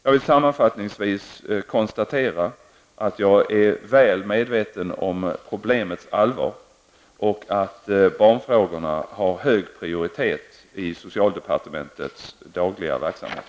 Jag vill sammanfattningsvis konstatera att jag är väl medveten om problemets allvar och att barnfrågorna har hög prioritet i socialdepartementets dagliga verksamhet.